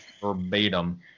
verbatim